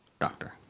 doctor